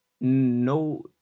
No